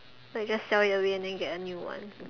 like just sell it away and then get a new one